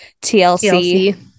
TLC